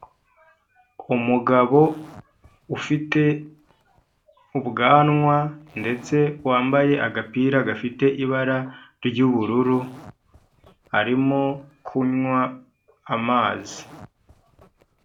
Umugabo ufite ubwanwa ndetse wambaye agapira gafite ibara ry'ubururu, arimo kunywa amazi.